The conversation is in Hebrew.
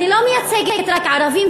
אני לא מייצגת רק ערבים,